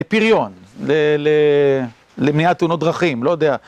לפריון, למניעת תאונות דרכים, לא יודע.